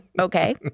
okay